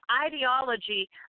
ideology